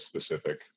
specific